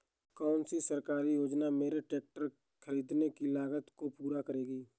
कौन सी सरकारी योजना मेरे ट्रैक्टर ख़रीदने की लागत को पूरा करेगी?